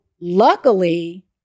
luckily